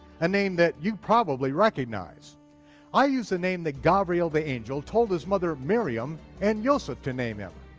a name that you probably recognize i use the name that gabriel the angel told his mother miriam, and yoseph, to name him.